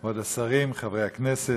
כבוד השרים, חברי הכנסת,